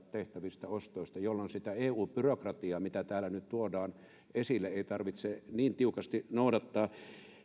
tehtävistä ostoista jolloin sitä eu byrokratiaa mitä täällä nyt tuodaan esille ei tarvitse niin tiukasti noudattaa